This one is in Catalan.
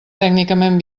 tècnicament